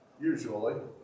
usually